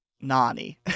Nani